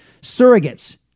surrogates